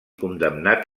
condemnat